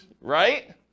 right